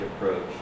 approach